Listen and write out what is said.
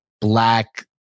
black